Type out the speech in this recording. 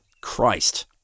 Christ